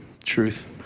truth